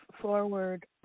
forward